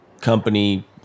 company